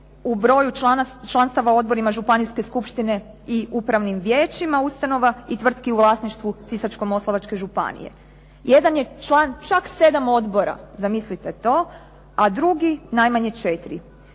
u broju članstava u odborima županijske skupštine i upravnim vijećima ustanova i tvrtki u vlasništvu Sisačko-moslavačke županije. Jedan je član čak sedam odbora, zamislite to, a drugi najmanje četiri.